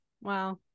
Wow